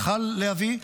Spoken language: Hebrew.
יכול היה להביא,